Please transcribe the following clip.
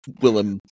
Willem